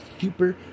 super